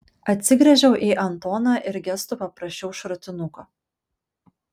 atsigręžiau į antoną ir gestu paprašiau šratinuko